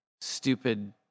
stupid